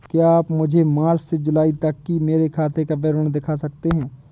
क्या आप मुझे मार्च से जूलाई तक की मेरे खाता का विवरण दिखा सकते हैं?